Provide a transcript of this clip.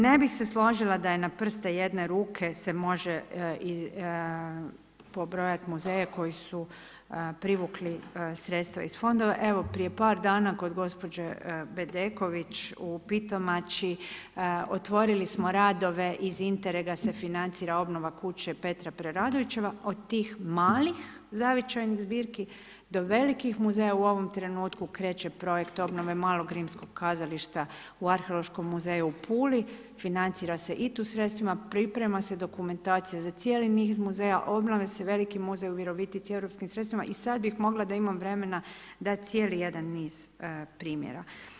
Ne bih se složila da je na prste jedne ruke se može pobrojat muzeje koji su privukli sredstva iz fondova, evo prije par dana kod gospođe Bedeković u Pitomači otvorili smo radove iz Interega se financira obnova kuće Petra Preradovića, od tih malih zavičajnih zbirki do velikih muzeja u ovom trenutku kreće projekt obnove malog rimskog kazališta u Arheološkom muzeju u Puli, financira se i tu sredstvima, priprema se dokumentacija za cijeli niz muzeja, obnavlja se veliki muzej u Virovitici Europskim sredstvima i sad bih mogla da imam vremena dat cijeli jedan niz primjera.